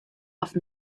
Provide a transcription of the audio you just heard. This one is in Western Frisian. oft